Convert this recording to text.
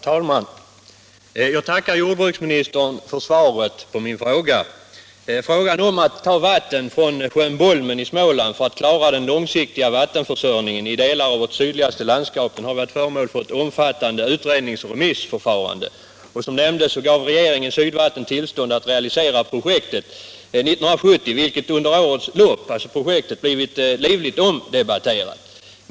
Herr talman! Jag tackar jordbruksministern för svaret på min fråga. Frågan om att ta vatten från sjön Bolmen i Småland för att klara den långsiktiga vattenförsörjningen i delar av vårt sydligaste landskap har varit föremål för ett omfattande utrednings och remissförfarande. Som nämndes tidigare gav regeringen 1970 Sydvatten tillstånd att realisera projektet. Frågan har under årens lopp blivit livligt omdebatterad.